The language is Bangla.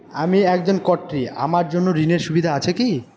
আমি একজন কট্টি আমার জন্য ঋণের সুবিধা আছে কি?